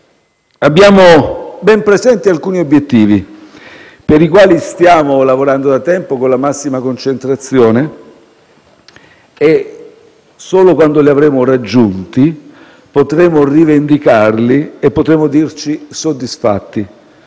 abbiamo ben presenti alcuni obiettivi, per i quali stiamo lavorando da tempo con la massima concentrazione. E, solo quando li avremo raggiunti, potremo rivendicarli e potremo dirci soddisfatti,